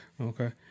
Okay